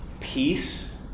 peace